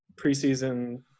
preseason